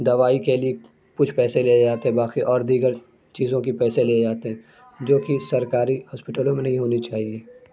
دوائی کے لیے کچھ پیسے لیے جاتے ہیں باقی اور دیگر چیزوں کی پیسے لیے جاتے ہیں جو کہ سرکاری ہاسپیٹلوں میں نہیں ہونی چاہیے